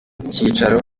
icyicaro